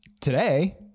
today